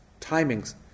Timings